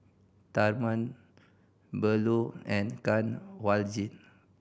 Tharman Bellur and Kanwaljit